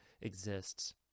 exists